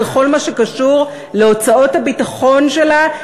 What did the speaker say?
בכל מה שקשור להוצאות הביטחון שלה,